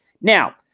Now